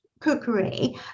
cookery